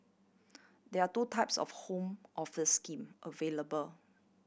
there are two types of Home Office scheme available